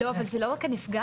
לא, אבל זה לא רק הנפגעת.